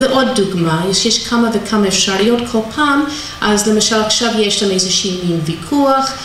ועוד דוגמה, שיש כמה וכמה אפשריות כל פעם, אז למשל עכשיו יש לנו איזה שהיא עם מין ויכוח